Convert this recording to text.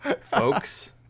folks